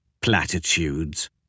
Platitudes